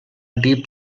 deep